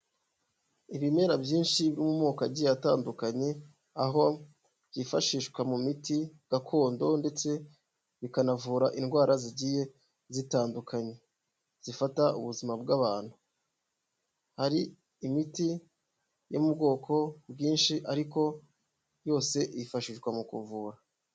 Ibimera byinshi biri mu moko agiye atandukanye aho byifashishwa mu miti gakondo ndetse bikanavura indwara zigiye zitandukanye zifata ubuzima bw'abantu ,hari imiti yo mu bwoko bwinshi ariko yose yifashishwa mu kuvura.